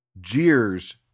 jeers